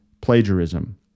plagiarism